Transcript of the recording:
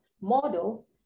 model